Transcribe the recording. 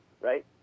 right